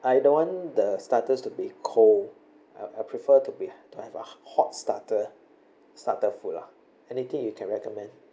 I don't want the starters to be cold I I prefer to be to have ho~ hot starter starter food lah anything you can recommend